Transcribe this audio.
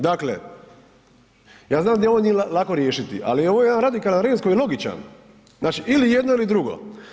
Dakle, ja znam da ovo nije lako riješiti, ali ovo je jedan radikalan rez koji je logičan, znači ili jedno ili drugo.